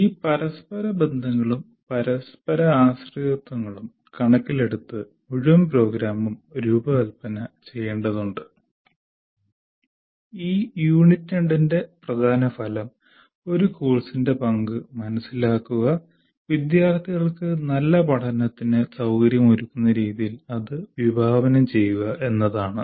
ഈ പരസ്പര ബന്ധങ്ങളും പരസ്പരാശ്രിതത്വങ്ങളും കണക്കിലെടുത്ത് മുഴുവൻ പ്രോഗ്രാമും രൂപകൽപ്പന ചെയ്യേണ്ടതുണ്ട് ഈ യൂണിറ്റ് 2 ന്റെ പ്രധാന ഫലം ഒരു കോഴ്സിന്റെ പങ്ക് മനസിലാക്കുക വിദ്യാർത്ഥികൾക്ക് നല്ല പഠനത്തിന് സൌകര്യമൊരുക്കുന്ന രീതിയിൽ അത് വിഭാവനം ചെയ്യുക എന്നതാണ്